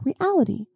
reality